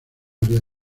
maría